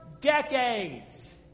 decades